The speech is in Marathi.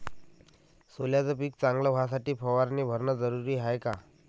सोल्याचं पिक चांगलं व्हासाठी फवारणी भरनं जरुरी हाये का?